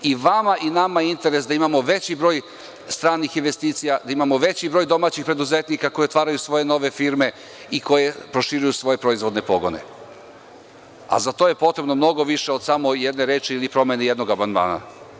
I vama i nama je interes da imamo veći broj stranih investicija, da imamo veći broj domaćih preduzetnika koji otvaraju svoje nove firme i koji proširuju svoje proizvodne pogone, a za to je potrebno mnogo više od samo jedne reči ili promene jednog amandmana.